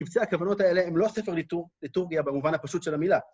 קבצי הכוונות האלה הם לא ספר ליטורגיה במובן הפשוט של המילה.